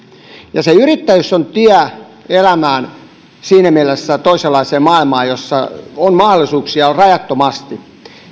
ja se yrittäjyys on tie elämään ja toisenlaiseen maailmaan jossa on mahdollisuuksia rajattomasti